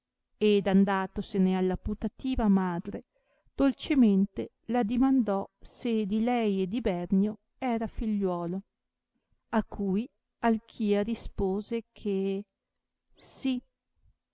ed andatosene alla putativa madre dolcemente la dimandò se di lei e di bernio era figliuolo a cui alchia rispose che sì